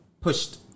pushed